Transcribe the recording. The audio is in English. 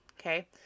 Okay